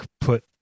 put